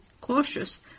cautious